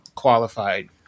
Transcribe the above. qualified